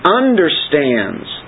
understands